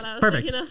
Perfect